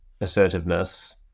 assertiveness